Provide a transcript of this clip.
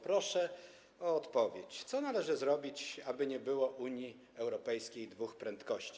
Proszę o odpowiedź: Co należy zrobić, aby nie było Unii Europejskiej dwóch prędkości?